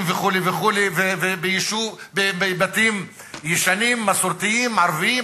וכו' וכו' בבתים ישנים מסורתיים ערביים,